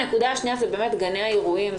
הנקודה השנייה היא גני האירועים.